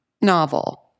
novel